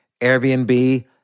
Airbnb